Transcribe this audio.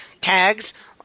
tags